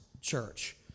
church